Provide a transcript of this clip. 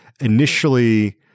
initially